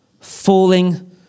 falling